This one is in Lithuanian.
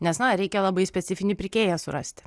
nes na reikia labai specifinį pirkėją surasti